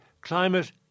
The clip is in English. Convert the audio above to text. climate